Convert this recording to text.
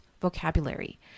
vocabulary